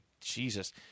Jesus